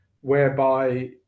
whereby